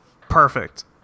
perfect